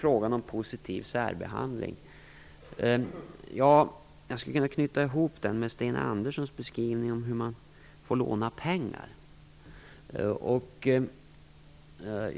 Frågan om positiv särbehandling skulle jag kunna knyta ihop med Sten Anderssons beskrivning av hur man får låna pengar.